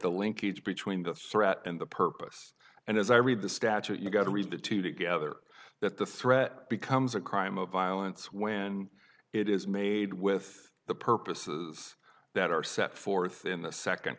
the linkage between the threat and the purpose and as i read the statute you go to read the two together that the threat becomes a crime of violence when it is made with the purposes that are set forth in the second